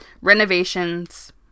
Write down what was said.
renovations